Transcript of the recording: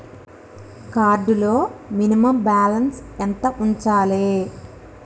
Card లో minimum balance ఎంత ఉంచాలే?